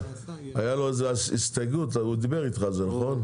הייתה לו הסתייגות והוא דיבר איתך על זה, נכון?